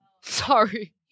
Sorry